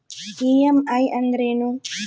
EMI ಅಂದ್ರೇನು?